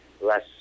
less